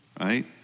right